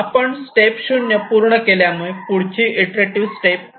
आपण स्टेप 0 पूर्ण केल्यामुळे पुढची इंटरेटिव्ह स्टेप 'i' असेल